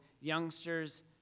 youngsters